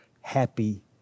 happy